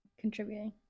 contributing